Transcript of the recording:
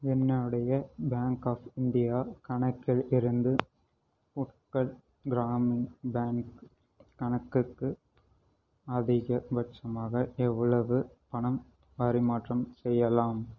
என்னுடைய bank of India கணக்கில் இருந்து உட்கல் கிராமின் பேங்க் கணக்குக்கு அதிகபட்சமாக எவ்வளவு பணப் பரிமாற்றம் செய்யலாம்